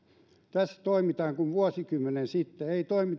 tässä toimitaan kuin vuosikymmen sitten ei toimita niin kuin yritetään